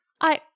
I-